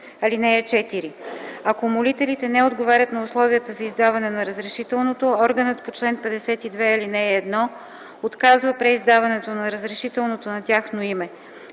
име. (4) Ако молителите не отговарят на условията за издаване на разрешителното, органът по чл. 52, ал. 1 отказва преиздаване на разрешителното на тяхно име.